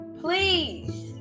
please